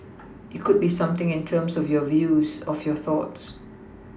it could be something in terms of your views of your thoughts